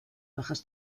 bajas